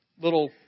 little